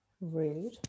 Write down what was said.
Rude